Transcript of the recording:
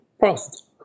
First